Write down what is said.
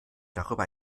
darüber